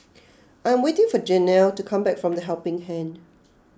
I am waiting for Janell to come back from the Helping Hand